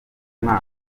mwaka